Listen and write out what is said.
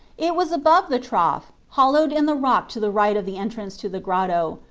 it was above the trough, hollowed in the rock to the right of the entrance to the grotto,